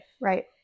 Right